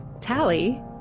Tally